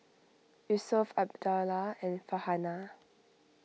Yusuf Abdullah and Farhanah